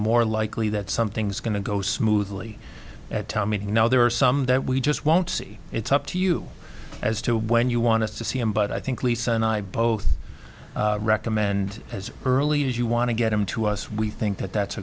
more likely that something's going to go smoothly at town meeting now there are some that we just won't see it's up to you as to when you want to see him but i think lisa and i both recommend as early as you want to get them to us we think that that's